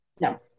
No